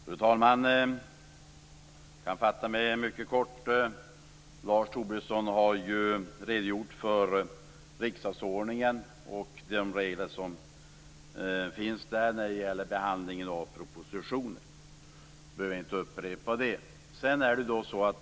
Fru talman! Jag kan fatta mig mycket kort. Lars Tobisson har ju redogjort för riksdagsordningen och de regler som finns där när det gäller behandlingen av propositioner. Jag behöver inte upprepa det.